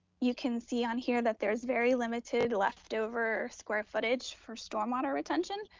you can see on here that there's very limited leftover square footage for stormwater retention.